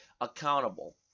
accountable